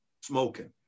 smoking